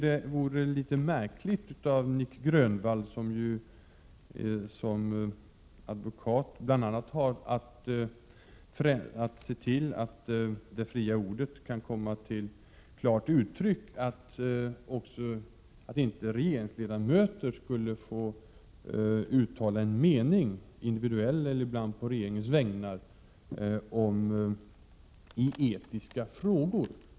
Det vore litet märkligt av Nic Grönvall — som ju i sin verksamhet som advokat bl.a. har att se till att det fria ordet kan komma till klart uttryck — att inte låta regeringens ledamöter uttala en mening, individuellt eller på regeringens vägnar, i etiska frågor.